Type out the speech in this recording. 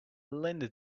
linda